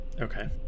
okay